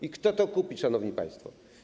I kto to kupi, szanowni państwo?